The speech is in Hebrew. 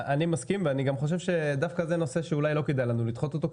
אני מסכים ואני חושב שזה דווקא נושא שאולי לא כדאי לנו לדחות אותו.